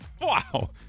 wow